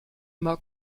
immer